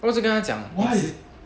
then 我就跟他讲 is it